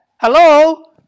Hello